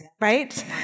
right